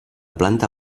planta